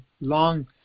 long